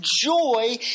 joy